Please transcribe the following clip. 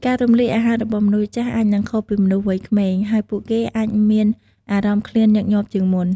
ការរំលាយអាហាររបស់មនុស្សចាស់អាចនឹងខុសពីមនុស្សវ័យក្មេង ហើយពួកគេអាចមានអារម្មណ៍ឃ្លានញឹកញាប់ជាងមុន។